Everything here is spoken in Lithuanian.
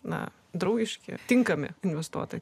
na draugiški tinkami investuotojai